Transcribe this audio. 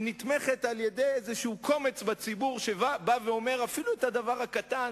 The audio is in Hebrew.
שנתמכת על-ידי איזה קומץ בציבור שבא ואומר אפילו את הדבר הקטן,